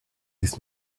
this